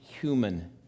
human